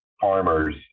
farmers